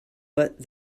but